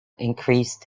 increased